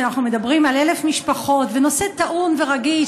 כשאנחנו מדברים על 1,000 משפחות ונושא טעון ורגיש,